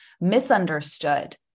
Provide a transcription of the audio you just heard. misunderstood